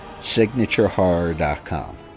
Signaturehorror.com